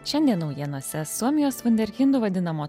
šiandien naujienose suomijos vunderkindu vadinamo